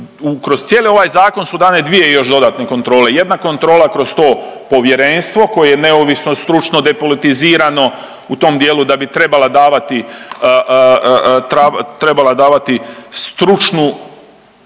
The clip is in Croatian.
kroz cijeli ovaj zakon su dane dvije još dodatne kontrole. Jedna kontrola kroz to povjerenstvo koje je neovisno, stručno, depolitizirano u tom dijelu da bi trebala davati, trebala